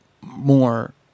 more